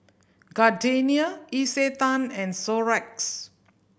Gardenia Isetan and Xorex